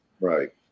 right